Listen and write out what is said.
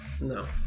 No